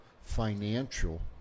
financial